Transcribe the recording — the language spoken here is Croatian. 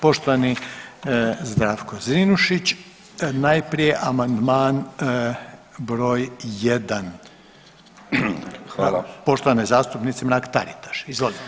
Poštovani Zdravko Zrinušić, najprije amandman br. 1. poštovane zastupnice Mrak-Taritaš, izvolite.